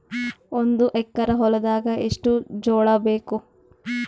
ಒಂದು ಎಕರ ಹೊಲದಾಗ ಎಷ್ಟು ಜೋಳಾಬೇಕು?